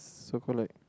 so called like